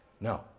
no